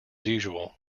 usual